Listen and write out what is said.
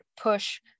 push